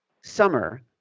summer